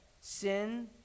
sin